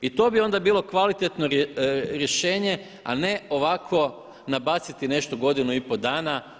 I to bi onda bilo kvalitetno rješenje a ne ovako nabaciti nešto godinu i pol dana.